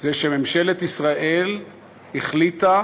זה שממשלת ישראל החליטה